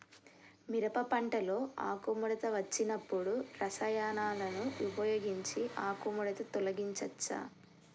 మిరప పంటలో ఆకుముడత వచ్చినప్పుడు రసాయనాలను ఉపయోగించి ఆకుముడత తొలగించచ్చా?